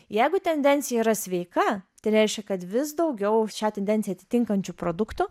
jeigu tendencija yra sveika tai reiškia kad vis daugiau šią tendenciją atitinkančių produktų